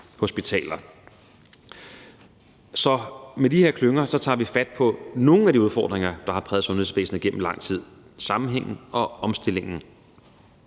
Så med de her klynger tager vi fat på nogle af de udfordringer, der har præget sundhedsvæsenet gennem lang tid; sammenhængen og omstillingen.